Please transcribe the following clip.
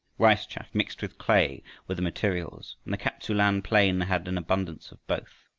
rice chaff mixed with clay were the materials, and the kap-tsu-lan plain had an abundance of both.